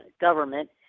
government